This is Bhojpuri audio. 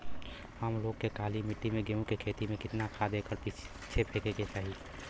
हम लोग के काली मिट्टी में गेहूँ के खेती में कितना खाद एकड़ पीछे फेके के चाही?